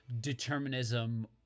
determinism